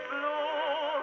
Blue